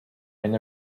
and